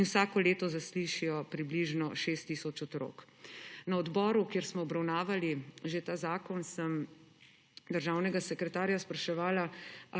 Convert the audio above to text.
in vsako leto zaslišijo približno 6 tisoč otrok. Na odboru, kjer smo že obravnavali ta zakon, sem državnega sekretarja spraševala,